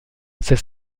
ses